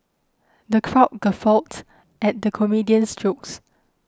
the crowd guffawed at the comedian's jokes